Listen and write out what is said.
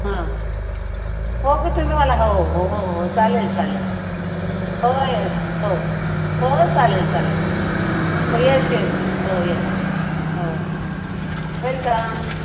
हां हो की तुम्ही मला हो हो हो हो चालेल चालेल हो येस हो हो चालेल चालेल हो येस येस येस हो येस येस हो वेलकम